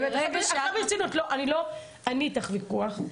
אין לי איתך ויכוח,